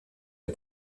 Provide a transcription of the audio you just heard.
der